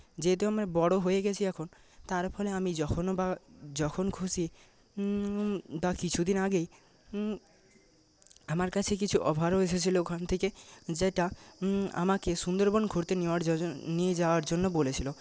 যেহেতু আমি বড়ো হয়ে গেছি এখন তার ফলে আমি যখনও বা যখন খুশি বা কিছুদিন আগেই আমার কাছে কিছু অফারও এসেছিল ওখান থেকে যেটা আমাকে সুন্দরবন ঘুরতে নিয়ে যাওয়ার জন্য বলেছিল